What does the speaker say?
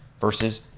versus